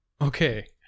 okay